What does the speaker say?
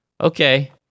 Okay